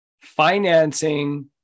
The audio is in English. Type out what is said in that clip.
financing